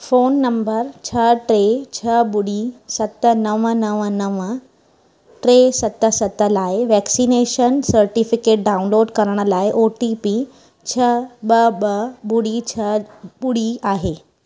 phone number छह टे छह ॿुड़ी सत नव नव नव टे सत सत लाइ वैक्सीनेशन सर्टिफिकेट डाउनलोड करण लाइ ओ टी पी छह ॿ ॿ ॿुड़ी छह ॿुड़ी आहे